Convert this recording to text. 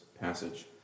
passage